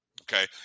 Okay